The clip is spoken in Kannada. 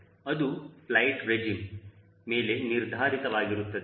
ಅದು ಫ್ಲೈಟ್ ರೇಜಿಮ್ ಮೇಲೆ ನಿರ್ಧರಿತವಾಗಿರುತ್ತದೆ